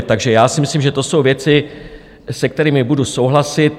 Takže já si myslím, že to jsou věci, se kterými budu souhlasit.